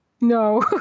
No